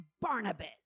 Barnabas